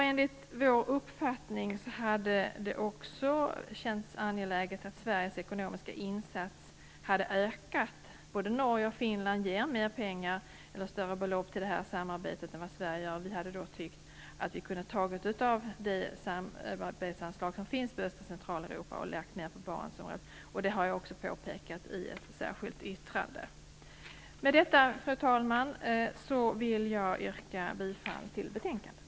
Enligt vår uppfattning hade det också känts angeläget att Sveriges ekonomiska insats hade ökat. Både Norge och Finland ger större belopp till det här samarbetet än vad Sverige gör. Vi tyckte att vi hade kunnat ta av det samarbetsanslag som finns för Öst och Centraleuropa och lägga på Barentsområdet. Det har jag också påpekat i ett särskilt yttrande. Med detta, fru ordförande, vill jag yrka bifall till utskottets hemställan.